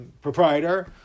Proprietor